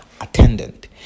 attendant